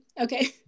Okay